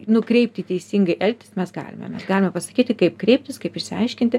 nukreipti teisingai elgtis mes galime mes galime pasakyti kaip kreiptis kaip išsiaiškinti